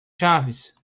chaves